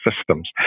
systems